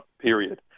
period